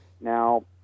Now